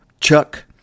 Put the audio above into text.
Chuck